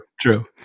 true